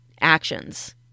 actions